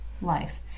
life